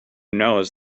knows